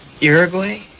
Uruguay